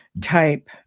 type